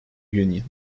union